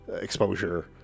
exposure